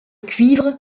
cuivre